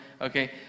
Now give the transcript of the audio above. okay